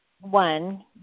one